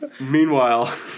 Meanwhile